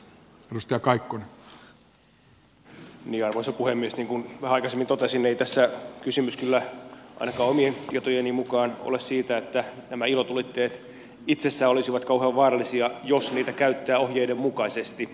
niin kuin vähän aikaisemmin totesin ei tässä kysymys kyllä ainakaan omien tietojeni mukaan ole siitä että nämä ilotulitteet itsessään olisivat kauhean vaarallisia jos niitä käyttää ohjeiden mukaisesti